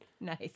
Nice